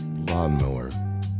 lawnmower